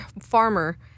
farmer